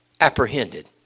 apprehended